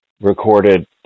recorded